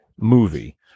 movie